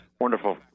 wonderful